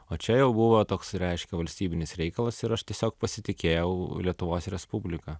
o čia jau buvo toks reiškia valstybinis reikalas ir aš tiesiog pasitikėjau lietuvos respublika